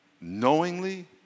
Knowingly